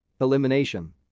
Elimination